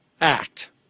act